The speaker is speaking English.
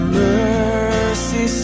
mercy